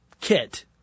kit